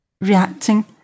reacting